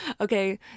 Okay